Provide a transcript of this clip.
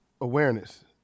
awareness